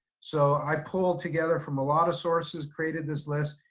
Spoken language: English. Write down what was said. so i pulled together from a lot of sources, created this list,